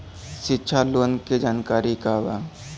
शिक्षा लोन के जानकारी का बा?